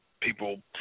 people